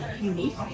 unique